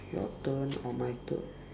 your turn or my turn